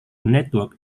network